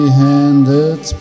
handed